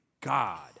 God